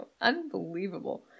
Unbelievable